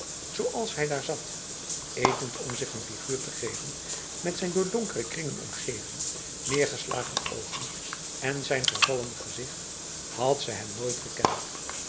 zoals hij daar zat etend om zich n figuur te geven met zijn door donkere kringen omgeven neergeslagen ogen en zijn vervallen gezicht had ze hem nooit gekend